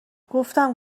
گفتم